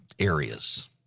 areas